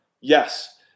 Yes